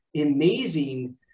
amazing